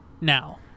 now